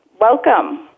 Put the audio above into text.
welcome